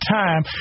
time